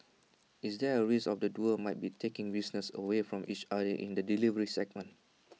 is there A risk of the duo might be taking business away from each other in the delivery segment